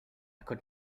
could